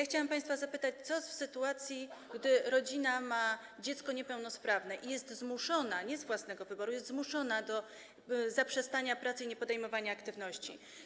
Chciałam państwa zapytać: Co w sytuacji, gdy rodzina ma dziecko niepełnosprawne i jest zmuszona, nie z własnego wyboru, do zaprzestania pracy i niepodejmowania aktywności?